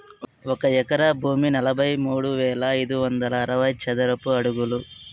ఒక ఎకరా భూమి నలభై మూడు వేల ఐదు వందల అరవై చదరపు అడుగులు